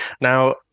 Now